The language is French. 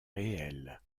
réel